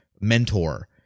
mentor